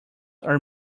are